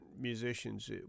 musicians